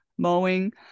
mowing